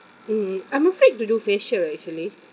mmhmm I'm afraid to do facial actually